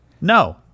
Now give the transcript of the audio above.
No